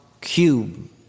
cube